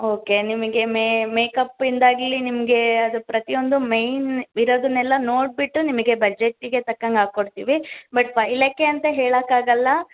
okay ನಿಮಗೆ ಮೇಕಪ್ಪಿಂದಾಗಲಿ ನಿಮಗೆ ಅದು ಪ್ರತಿಯೊಂದು ಮೇಯ್ನ್ ಇರೋದನ್ನೆಲ್ಲ ನೋಡಿಬಿಟ್ಟು ನಿಮಗೆ ಬಜೆಟ್ಟಿಗೆ ತಕ್ಕಂಗೆ ಹಾಕ್ಕೊಡ್ತೀವಿ ಬಟ್ ಫೈಯ್ ಲ್ಯಾಕೇ ಅಂತ ಹೇಳೋಕ್ಕಾಗಲ್ಲ